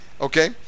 Okay